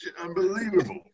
unbelievable